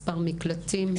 מספר מקלטים,